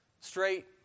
straight